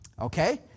Okay